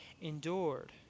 endured